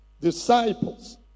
disciples